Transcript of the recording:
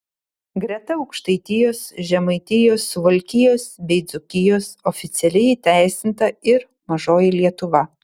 greta aukštaitijos žemaitijos suvalkijos bei dzūkijos oficialiai įteisinta ir mažoji lietuva